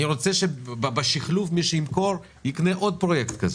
אני רוצה שבשחלוף מי שימכור יקנה עוד פרויקט כזה,